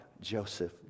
Joseph